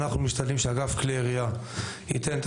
אנחנו משתדלים שאגף כלי ירייה ייתן את